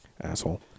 Asshole